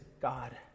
God